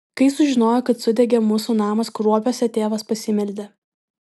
kai sužinojo kad sudegė mūsų namas kruopiuose tėvas pasimeldė